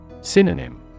Synonym